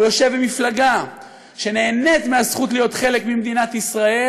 הוא יושב במפלגה שנהנית מהזכות להיות חלק ממדינת ישראל,